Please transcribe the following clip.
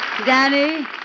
Danny